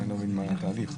אני לא מבין מהו התהליך.